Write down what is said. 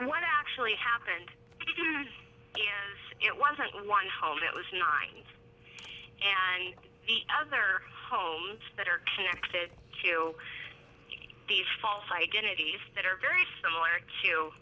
what actually happened we do know is it wasn't one hole it was nine and the other homes that are connected to these false identities that are very similar to